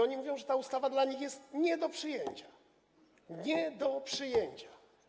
Oni mówią, że ta ustawa dla nich jest nie do przyjęcia, nie do przyjęcia.